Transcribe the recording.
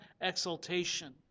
exaltation